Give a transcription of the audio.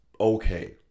okay